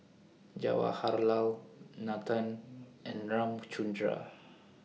Jawaharlal Nathan and Ramchundra